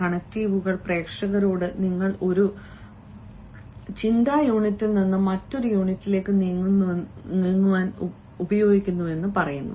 കണക്റ്റീവുകൾ പ്രേക്ഷകരോട് നിങ്ങൾ ഒരു ചിന്താ യൂണിറ്റിൽ നിന്ന് മറ്റൊന്നിലേക്ക് നീങ്ങുന്നുവെന്ന് പറയുന്നു